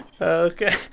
Okay